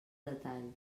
detall